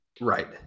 right